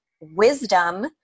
wisdom